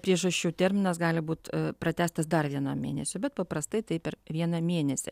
priežasčių terminas gali būt pratęstas dar vienam mėnesiui bet paprastai tai per vieną mėnesį